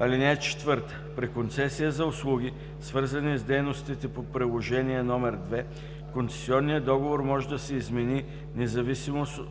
(4) При концесия за услуги, свързани с дейностите по Приложение № 2, концесионният договор може да се измени, независимо от